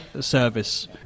service